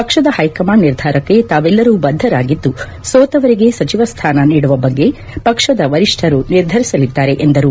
ಪಕ್ಷದ ಹೈಕಮಾಂಡ್ ನಿರ್ಧಾರಕ್ಕೆ ತಾವೆಲ್ಲರೂ ಬದ್ದರಾಗಿದ್ದು ಸೋತವರಿಗೆ ಸಚಿವ ಸ್ಥಾನ ನೀಡುವ ಬಗ್ಗೆ ಪಕ್ಷದ ವರಿಷ್ಟರು ನಿರ್ಧರಿಸಲಿದ್ದಾರೆ ಎಂದರು